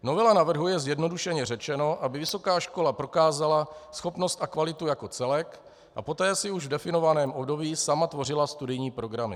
Novela navrhuje, zjednodušeně řečeno, aby vysoká škola prokázala schopnost a kvalitu jako celek a poté si už v definovaném období sama tvořila studijní programy.